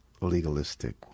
legalistic